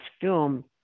film